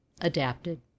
adapted